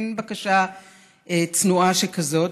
מין בקשה צנועה שכזאת.